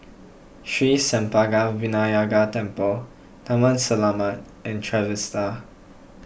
Sri Senpaga Vinayagar Temple Taman Selamat and Trevista